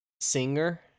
singer